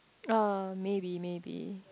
uh maybe maybe